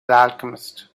alchemist